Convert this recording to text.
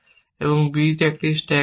এবং b তে একটি স্ট্যাক করুন